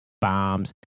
bombs